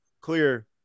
clear